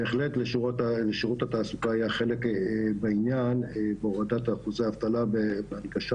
בהחלט לשירות התעסוקה יהיה חלק בעניין בהורדת אחוזי האבטלה בהנגשה